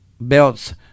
belts